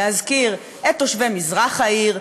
להזכיר את תושבי מזרח העיר,